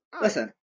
listen